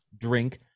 drink